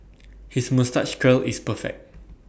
his moustache curl is perfect